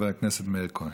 חבר הכנסת מאיר כהן.